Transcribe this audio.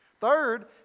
Third